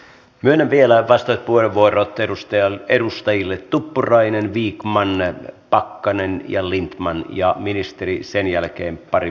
myönnän vielä vastauspuheenvuorot edustajille tuppurainen vikman pakkanen ja lindtman ja ministerille sen jälkeen pari minuuttia